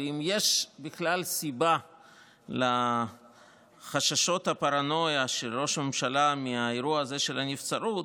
ואם יש בכלל סיבה לחששות הפרנויה של ראש הממשלה מהאירוע הזה של הנבצרות,